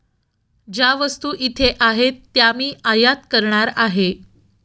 ज्या वस्तू इथे आहेत त्या मी आयात करणार आहे